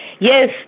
Yes